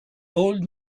old